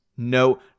No